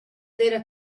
d’eira